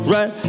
Right